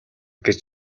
гэж